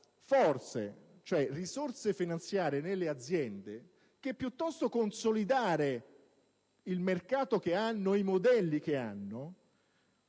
forze, cioè risorse finanziarie nelle aziende piuttosto che per consolidare il mercato che hanno e i modelli che hanno,